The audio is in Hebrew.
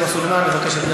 אין מתנגדים, אין נמנעים.